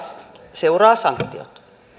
seuraa sanktiot